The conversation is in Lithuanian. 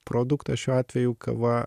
produktas šiuo atveju kava